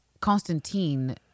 Constantine